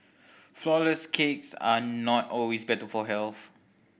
flourless cakes are not always better for health